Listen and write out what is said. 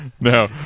no